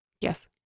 yes